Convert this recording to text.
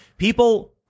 People